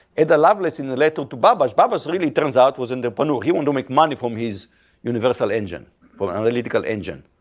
ada lovelace in the letter to babbage. babbage really turns out was in the, but he want to make money from his universal engine for analytical engine.